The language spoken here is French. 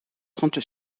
trente